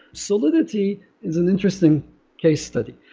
solidity is an interesting case study.